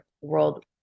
World